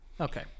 Okay